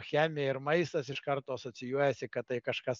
chemija ir maistas iš karto asocijuojasi kad tai kažkas